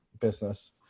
business